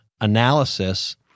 analysis